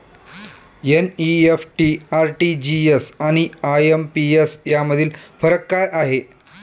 NEFT, RTGS आणि IMPS यामधील फरक काय आहे?